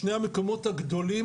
שני המקומות הגדולים